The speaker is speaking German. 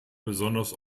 besonders